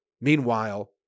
Meanwhile